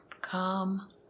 come